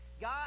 God